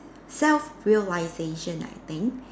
self realization I think